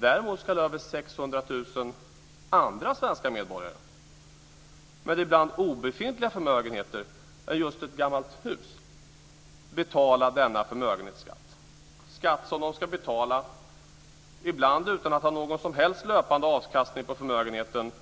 Däremot ska över 600 000 andra svenska medborgare med ibland obefintliga förmögenheter utom just ett gammalt hus betala denna förmögenhetsskatt. Det är skatt som de ska betala ibland utan att ha någon som helst löpande avkastning på förmögenheten.